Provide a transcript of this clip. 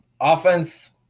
offense